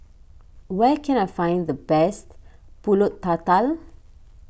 where can I find the best Pulut Tatal